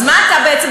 אז מה אתה בעצם,